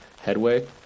headway